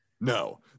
no